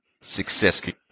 Success